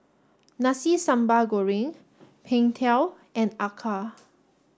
Nasi Sambal Goreng Png Tao and Acar